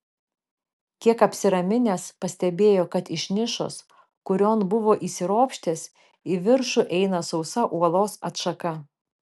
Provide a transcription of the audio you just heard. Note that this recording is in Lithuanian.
kiek apsiraminęs pastebėjo kad iš nišos kurion buvo įsiropštęs į viršų eina sausa uolos atšaka